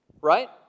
Right